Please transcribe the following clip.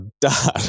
dad